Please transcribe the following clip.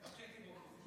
גם כשהייתי באופוזיציה.